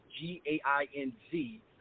G-A-I-N-Z